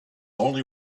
only